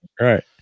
right